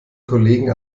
kollegen